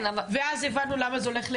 ואז הבנו למה זה הולך לאזרחי,